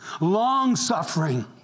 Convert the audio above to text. long-suffering